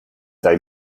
they